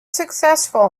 successful